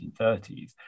1930s